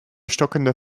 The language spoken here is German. stockender